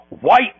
White